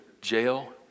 jail